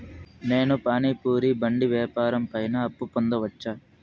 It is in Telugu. నేను పానీ పూరి బండి వ్యాపారం పైన అప్పు పొందవచ్చా?